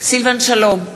סילבן שלום,